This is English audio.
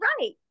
right